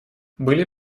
были